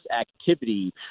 activity